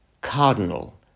cardinal